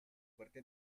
fuerte